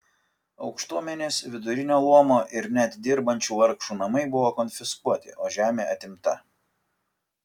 aukštuomenės vidurinio luomo ir net dirbančių vargšų namai buvo konfiskuoti o žemė atimta